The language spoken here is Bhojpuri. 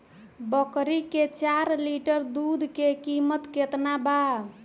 बकरी के चार लीटर दुध के किमत केतना बा?